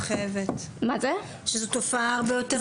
כי זו תופעה הרבה יותר נרחבת.